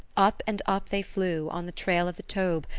up and up they flew, on the trail of the taube,